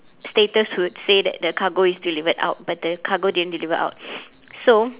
status would say that the cargo is delivered out but the cargo didn't deliver out so